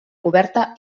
coberta